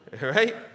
right